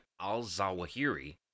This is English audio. al-Zawahiri